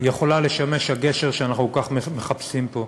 יכולים לשמש הגשר שאנחנו כל כך מחפשים פה.